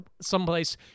someplace